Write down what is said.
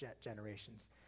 generations